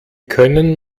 können